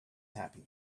happy